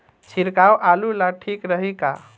छिड़काव आलू ला ठीक रही का?